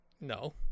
No